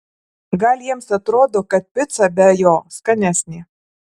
gal jiems atrodo kad pica be jo skanesnė